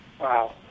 Wow